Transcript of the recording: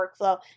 workflow